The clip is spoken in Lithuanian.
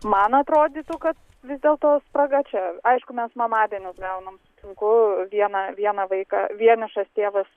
man atrodytų kad vis dėlto spraga čia aišku mes mamadienius gaunam sunku vieną vieną vaiką vienišas tėvas